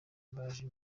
baje